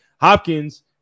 Hopkins